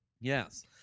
Yes